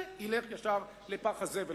זה ילך ישר לפח הזבל.